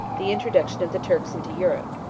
the introduction of the turks into europe,